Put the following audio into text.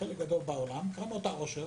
שחלק גדול בעולם שקרנות העושר